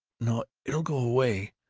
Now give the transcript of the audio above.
no! it'll go away.